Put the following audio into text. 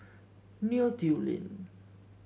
Neo Tiew Lane